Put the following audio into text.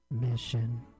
mission